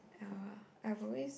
uh I've always